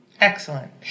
Excellent